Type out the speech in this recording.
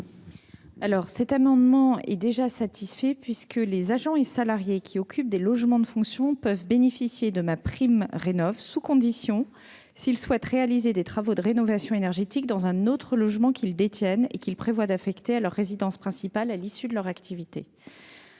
? Cet amendement est satisfait, puisque les agents et salariés qui occupent des logements de fonction peuvent bénéficier de MaPrimeRénov'sous conditions s'ils souhaitent réaliser des travaux de rénovation énergétique dans un autre logement qu'ils détiennent et qu'ils prévoient d'affecter à leur résidence principale à l'issue de leur activité.